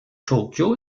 tokio